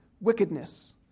wickedness